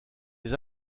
les